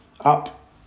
up